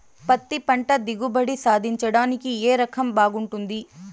పత్తి పంట దిగుబడి సాధించడానికి ఏ రకం బాగుంటుంది?